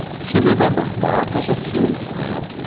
she remembered mark as a huge man,